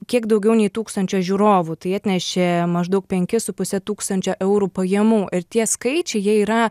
kiek daugiau nei tūkstančio žiūrovų tai atnešė maždaug penkis su puse tūkstančio eurų pajamų ir tie skaičiai jie yra